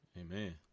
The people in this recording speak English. Amen